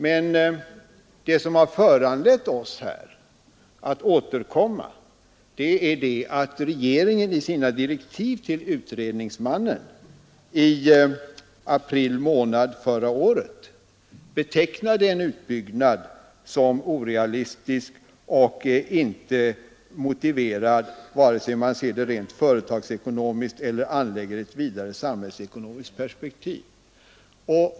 Men vad som föranlett oss att återkomma är att regeringen i sina direktiv till utredningsmannen i april månad förra året betecknade en utbyggnad som orealistisk och inte motiverad, vare sig man ser det rent företagsekonomiskt eller anlägger ett vidare samhällsekonomiskt perspektiv.